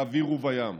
באוויר ובים.